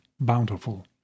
bountiful